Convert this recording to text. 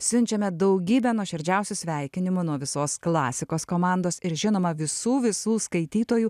siunčiame daugybę nuoširdžiausių sveikinimų nuo visos klasikos komandos ir žinoma visų visų skaitytojų